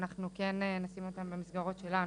אנחנו כן נשים אותם במסגרות שלנו,